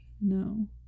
No